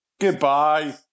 Goodbye